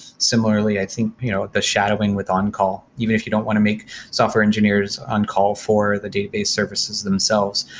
similarly, i think you know the shadowing with on-call, even if you don't want to make software engineers on-call for the database services themselves,